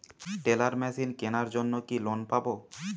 Teller machine কেনার জন্য কি লোন পাব?